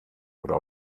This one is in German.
oder